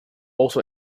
also